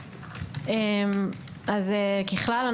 ככלל,